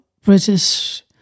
British